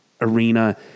Arena